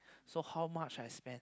so how much I spend